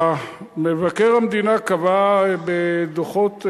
מבקר המדינה קבע בדוחות,